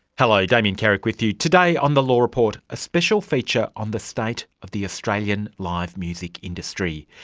hello, damien carrick with you. today on the law report a special feature on the state of the australian live music industry.